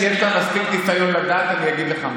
כיסא אחד ולא שניים, אדוני היושב-ראש.